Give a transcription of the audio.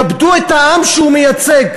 כבדו את העם שהוא מייצג,